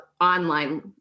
online